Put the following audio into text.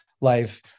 life